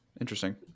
interesting